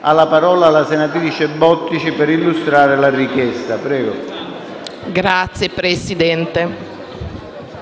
Ha la parola la senatrice Bottici per illustrare la richiesta.